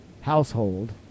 household